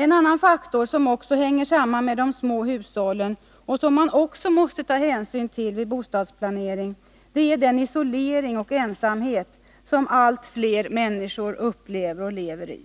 En annan faktor, som också hänger samman med de små hushållen och som man också måste ta hänsyn till vid bostadsplanering, är den isolering och eiusamhet som allt fler människor upplever och lever i.